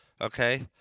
okay